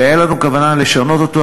ואין לנו כוונה לשנות אותו,